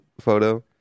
photo